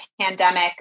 pandemic